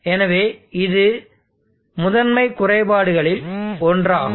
எனவே இது முதன்மை குறைபாடுகளில் ஒன்றாகும்